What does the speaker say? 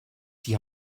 die